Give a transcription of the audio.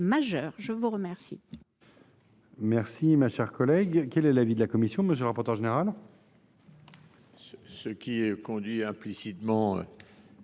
je vous remercie